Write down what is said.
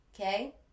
Okay